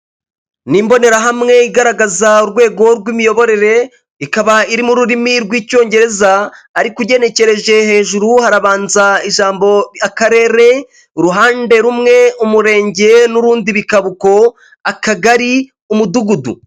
Ni imbonerahamwe igaragaza urwego rw'imiyoborere, ikaba iri mu rurimi rw'Icyongereza, ariko ugenekereje, hejuru harabanza ijambo akarere, uruhande rumwe umurenge, n'urundi bikaba uko, akagari, umudugudu.